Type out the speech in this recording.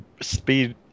speed